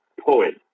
poet